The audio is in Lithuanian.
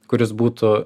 kuris būtų